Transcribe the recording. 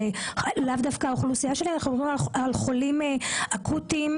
לאו דווקא האוכלוסייה שלי של חולים אקוטיים,